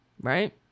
right